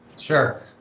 Sure